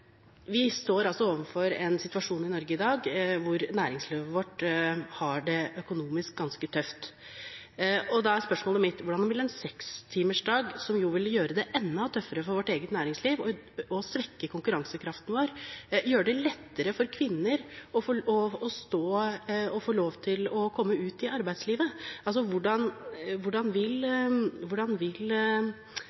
Vi står overfor en situasjon i Norge i dag der næringslivet vårt har det ganske tøft økonomisk. Da er spørsmålet mitt: Hvordan vil en 6-timersdag, som jo vil gjøre det enda tøffere for vårt eget næringsliv og svekke konkurransekraften vår, gjøre det lettere for kvinner å få lov til å komme ut i arbeidslivet? Altså: Hvordan vil